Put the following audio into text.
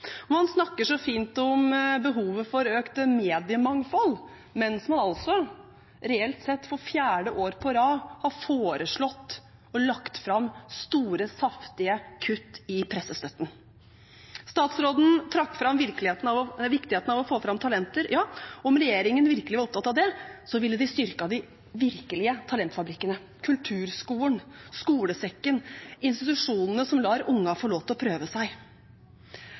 Man snakker så fint om behovet for økt mediemangfold, mens man reelt sett for fjerde år på rad har foreslått, og lagt fram, store, saftige kutt i pressestøtten. Statsråden trakk fram viktigheten av å få fram talenter. Ja, om regjeringen virkelig var opptatt av det, ville de styrket de virkelige talentfabrikkene: kulturskolen, Den kulturelle skolesekken – institusjonene som lar barna få lov til å prøve seg.